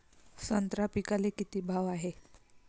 संत्रा पिकाले किती भाव हाये?